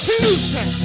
Tuesday